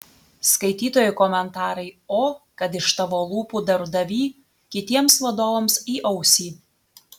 skaitytojų komentarai o kad iš tavo lūpų darbdavy kitiems vadovams į ausį